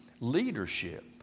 Leadership